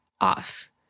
off